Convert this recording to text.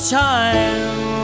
time